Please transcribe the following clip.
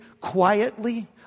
quietly